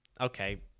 okay